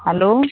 hello